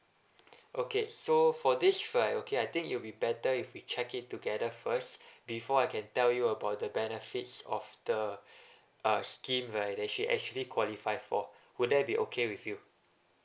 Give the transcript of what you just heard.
okay so for this right okay I think it'll be better if you check it together first before I can tell you about the benefits of the uh scheme that she actually qualify for would that be okay with you